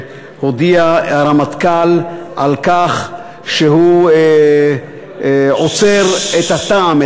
שהרמטכ"ל הודיע שהוא עוצר את התע"מ,